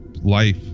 life